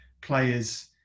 players